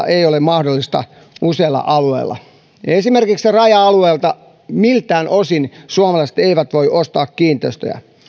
ei ole mahdollista suomalaiselle useilla alueilla ja esimerkiksi raja alueelta miltään osin suomalaiset eivät voi ostaa kiinteistöjä